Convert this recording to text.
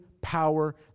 power